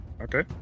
okay